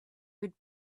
would